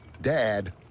Dad